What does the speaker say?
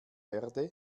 erde